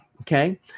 okay